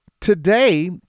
Today